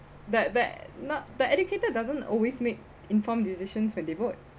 that that not the educated doesn't always make informed decisions when they vote